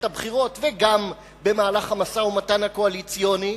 הבחירות וגם במהלך המשא-ומתן הקואליציוני.